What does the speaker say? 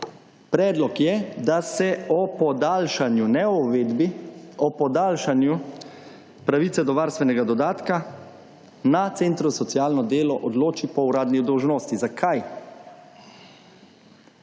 ne o uvedbi, o podaljšanju pravice do varstvenega dodatka, na Centru za socialno delo odloči po uradni dolžnosti. Zakaj?